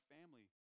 family